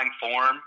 form